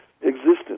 existence